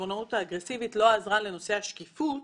החשבונאות האגרסיבית לא עזרה לנושא השקיפות